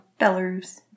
Belarus